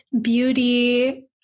beauty